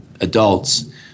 adults